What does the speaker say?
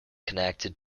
connected